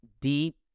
deep